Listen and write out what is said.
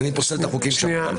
ומי פוסל את החוקים שם.